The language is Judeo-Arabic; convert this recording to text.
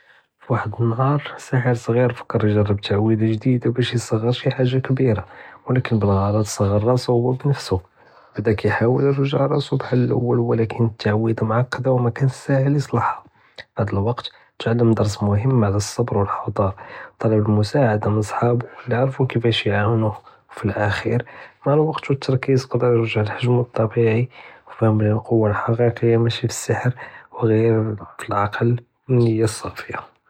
פווחד אלנהאר סאהר סכיר פכר יגרב תעווידה ג'דידה בש יצר סי חאגה קבירה ולקין בלגלאט סגר ראסו הוא בנפסו, בדא קיהאוויל ירג'ע ראסו בהאל לול לקין אלתעווידה מעקדה ומקאנש סאהל יצלחה, הד וואקט קאן ענדו דרס מומ עלא אלסבר ואלחדארה טלב אלמסאעדה מן חברו לי ערפו כיפאש יעאוונו, פלאחיר מע אלוואקט ואלתרכיז יכול ירג'ע לחגמו אלטבעי ופהמ בלי אלכוא אלחאקיקיה משי פאסחר, ג'יר פאלאקול ואלניה אססאלה.